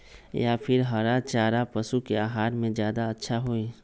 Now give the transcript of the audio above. या फिर हरा चारा पशु के आहार में ज्यादा अच्छा होई?